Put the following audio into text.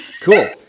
Cool